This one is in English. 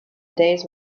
days